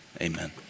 Amen